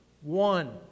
one